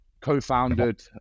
co-founded